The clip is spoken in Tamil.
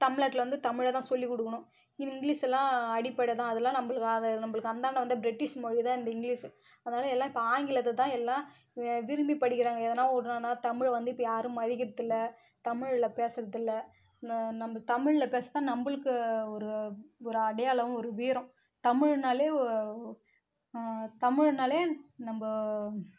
தமிழ்நாட்டில் வந்து தமிழை தான் சொல்லி கொடுக்குணும் இங்கிலீஷெலாம் அடிபடை தான் அதெலாம் நம்மளுக்கு நம்மளுக்கு அந்தாண்ட வந்து பிரிட்டிஷ் மொழி தான் இந்த இங்கிலீஸ் அதனால எல்லாம் ஆங்கிலத்தை தான் எல்லாம் வ விரும்பி படிக்கிறாங்க தமிழ் வந்து இப்போ யாரும் மதிக்கிறது இல்லை தமிழில் பேசுர்றது இல்லை இந்த நம்ம தமிழில் பேசினால் நம்மளுக்கு ஒரு ஒரு அடையாளம் ஒரு வீரம் தமிழ்னாலே தமிழ்னாலே நம்ம